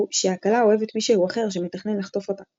שהכלה אוהבת מישהו אחר שמתכנן לחטוף אותה.